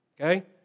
Okay